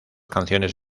canciones